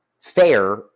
Fair